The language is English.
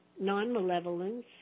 non-malevolence